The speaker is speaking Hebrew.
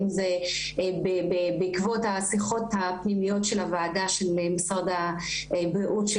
אם זה בעקבות השיחות הפנימיות של הוועדה של משרד הבריאות,